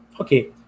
Okay